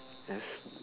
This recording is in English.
yes